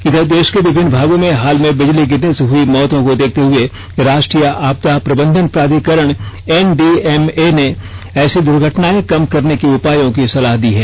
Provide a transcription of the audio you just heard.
इधर देश के विभिन्न भागों में हाल में बिजली गिरने से हुई मौतों को देखते हये राष्ट्रीय आपदा प्रबंधन प्राधिकरण एन डी एम ए ने ऐसी दर्घटनाऐं कम करने के उपायों की सलाह दी है